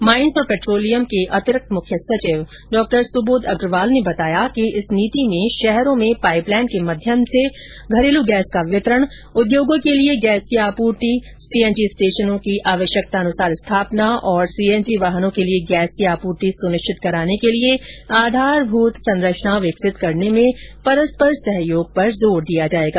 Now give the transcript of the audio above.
mines और petroleum के अतिरिक्त मुख्य सचिव डॉ सुबोध अग्रवाल ने बताया कि इस नीति में शहरों में पाइपलाईन के माध्यम से घरेलू गैस का वितरण उद्योगों के लिए गैस की आपूर्ति सीएनजी स्टेशनों की आवश्यकतानुसार स्थापना और सीएनजी वाहनों के लिए गैस की आपूर्ति सुनिश्चित कराने के लिए आधारभूत संरचना विकसित करने में परस्पर सहयोग पर जोर दिया जाएगा